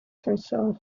herself